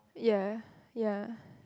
ya ya